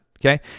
okay